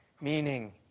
meaning